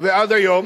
ועד היום,